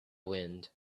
wind